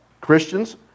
Christians